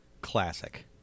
Classic